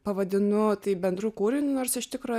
pavadinu tai bendru kūriniu nors iš tikro